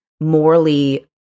morally